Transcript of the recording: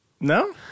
no